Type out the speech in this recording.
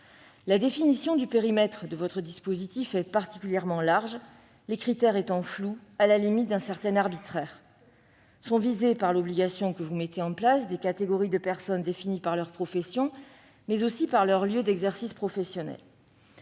La définition du périmètre de votre dispositif est particulièrement large ; les critères sont flous, à la limite d'un certain arbitraire. Sont visées par l'obligation que vous entendez mettre en place des catégories de personnes définies non seulement par leur profession, mais aussi par leur lieu d'exercice professionnel.